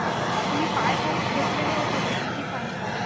बरं आता मी फाय बुक्स घेतलेले होते तर किती फाईन लागेल